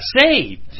saved